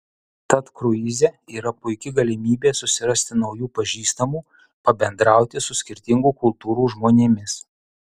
tad kruize yra puiki galimybė susirasti naujų pažįstamų pabendrauti su skirtingų kultūrų žmonėmis